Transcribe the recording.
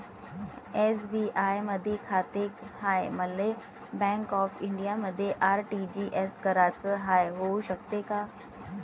SBI मधी खाते हाय, मले बँक ऑफ इंडियामध्ये आर.टी.जी.एस कराच हाय, होऊ शकते का?